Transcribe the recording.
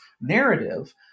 narrative